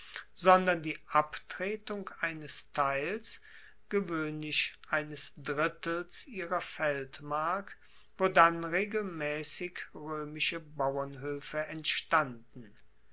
sondern die abtretung eines teils gewoehnlich eines drittels ihrer feldmark wo dann regelmaessig roemische bauernhoefe entstanden